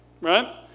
right